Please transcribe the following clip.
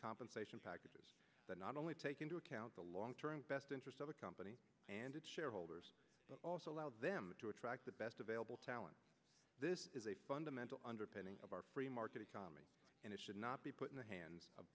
compensation packages that not only take into account the long term best interest of a company and its shareholders but also allow them to attract the best available talent this is a fundamental underpinning of our free market economy and it should not be put in the hands of